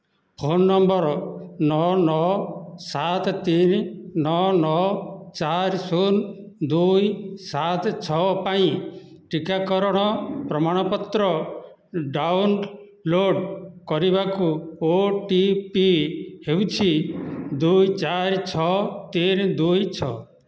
phone ନମ୍ବର ନଅ ନଅ ସାତ ତିନି ନଅ ନଅ ଚାରି ଶୂନ ଦୁଇ ସାତ ଛଅ ପାଇଁ ଟିକାକରଣ ପ୍ରମାଣପତ୍ର ଡାଉନଲୋଡ଼୍ କରିବାକୁ ଓ ଟି ପି ହେଉଛି ଦୁଇ ଚାରି ଛଅ ତିନି ଦୁଇ ଛଅ